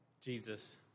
Jesus